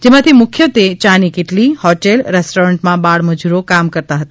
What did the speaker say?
જેમાંથી મુખ્યત્વે યાની કીટલી હોટલ રેસ્ટોરન્ટમાં બાળમજૂરો કામ કરતા હતા